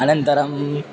अनन्तरम्